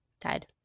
died